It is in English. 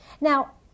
Now